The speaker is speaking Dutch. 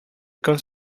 kunt